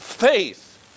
faith